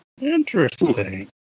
interesting